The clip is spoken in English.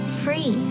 free